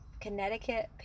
Connecticut